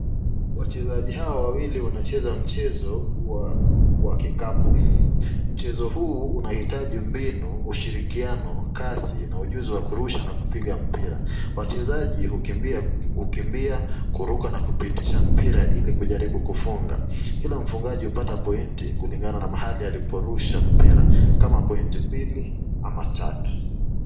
Wachezaji hawa wawili wanacheza mchezo wa kikapu. Mchezo huu unahitaji mbinu, ushirikiano, kasi na ujuzi wa kurusha na kupiga mpira. Wachezaji hukimbia, kuruka na kupitisha mpira ili kujaribu kufunga. Kila mfungaji hupata pointi kulingana na mahali aliporusha mpira. Kama pointi mbili ama tatu.